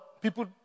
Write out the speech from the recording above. people